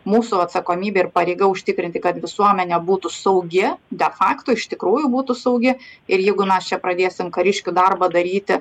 mūsų atsakomybė ir pareiga užtikrinti kad visuomenė būtų saugi de fakto iš tikrųjų būtų saugi ir jeigu mes čia pradėsim kariškių darbą daryti